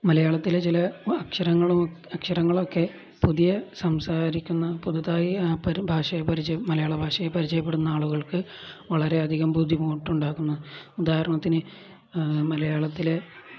മലയാളത്തിലെ ചില അക്ഷരങ്ങളും അക്ഷരങ്ങളൊക്കെ പുതിയ സംസാരിക്കുന്ന പുതുതായി ആ ഭാഷയെ മലയാള ഭാഷയെ പരിചയപ്പെടുന്ന ആളുകൾക്കു വളരെയധികം ബുദ്ധിമുട്ടുണ്ടാക്കുന്നു ഉദാഹരണത്തിന് മലയാളത്തിലെ